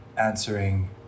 answering